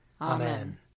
Amen